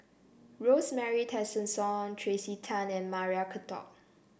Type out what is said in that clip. Rosemary Tessensohn Tracey Tan and Maria Hertogh